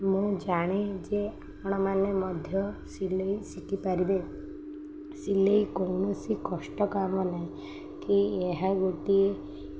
ମୁଁ ଜାଣେ ଯେ ଆପଣମାନେ ମଧ୍ୟ ସିଲେଇ ଶିଖିପାରିବେ ସିଲେଇ କୌଣସି କଷ୍ଟ କାମ ନାହିଁ କି ଏହା ଗୋଟିଏ